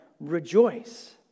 rejoice